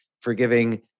forgiving